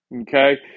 Okay